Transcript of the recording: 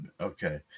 okay